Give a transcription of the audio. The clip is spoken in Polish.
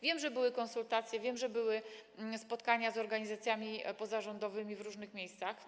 Wiem, że były konsultacje, wiem, że były spotkania z organizacjami pozarządowymi w różnych miejscach.